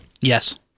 Yes